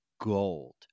gold